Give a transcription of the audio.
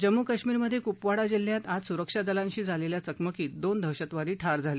जम्मू कश्मीरमधे कुपवाडा जिल्ह्यात आज सुरक्षा दलांशी झालेल्या चकमकीत दोन दहशतवादी ठार झाले